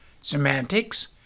semantics